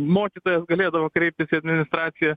mokytojas galėdavo kreiptis į administraciją